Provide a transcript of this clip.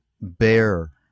bear